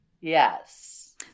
Yes